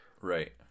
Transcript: Right